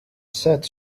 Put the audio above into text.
sets